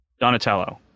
Donatello